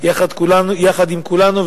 יחד עם כולנו,